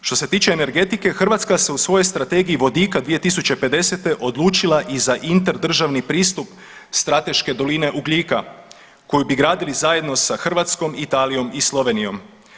Što se tiče energetike Hrvatska se u svojoj Strategiji vodika 2050. odlučila i za interdržavni pristup strateške doline ugljika koju bi gradili zajedno sa Hrvatskom, Italijom i Slovenijom.